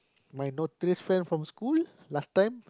my notorious friend from school last time